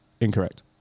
Incorrect